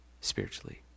spiritually